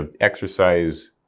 exercise